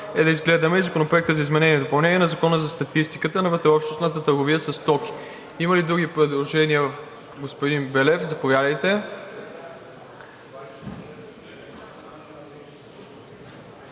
е да разгледаме и Законопроекта за изменение и допълнение на Закона за статистиката на вътрешнообщностната търговия със стоки. Има ли други предложения? Господин Белев, заповядайте.